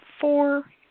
four